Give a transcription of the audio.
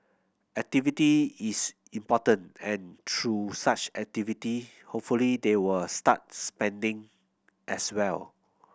activity is important and through such activity hopefully they will start spending as well